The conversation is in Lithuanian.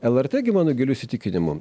lrt gi mano giliu įsitikinimu